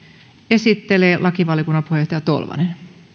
esittelee lakivaliokunnan puheenjohtaja tolvanen